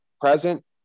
present